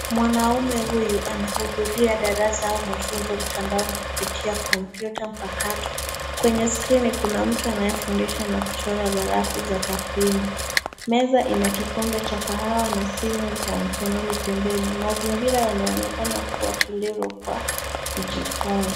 Mwanaume huyu anahudhuria darasa au mafunzo mtandaoni kupitia kompyuta mpakato. Kwenye skirini kuna mtu anayefundisha na kuchora garafu za takwimu. Meza ina kikombe cha kahawa na simu ya mkononi pembeni. Mazingira yanaonekana kua tulivu kwa kujifunza.